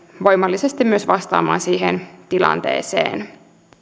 voimallisesti myös vastaamaan siihen tilanteeseen